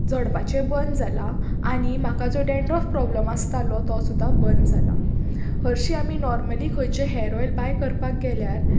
झोडपाचे बंद जाला आनी म्हाका जो डॅन्ड्रफ प्रोब्लम आसतालो तो सुद्दां बंद जाला हरशी आमी नॉर्मली खंयचें हेअर ऑयल बाय करपाक गेल्यार